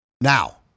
Now